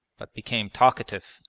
but became talkative.